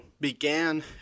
began